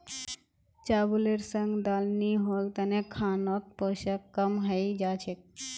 चावलेर संग दाल नी होल तने खानोत पोषण कम हई जा छेक